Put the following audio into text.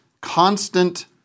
Constant